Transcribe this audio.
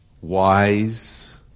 wise